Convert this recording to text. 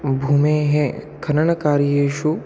भूमेः खननकार्येषु